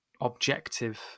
objective